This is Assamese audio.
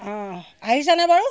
অঁ আহিচানে বাৰু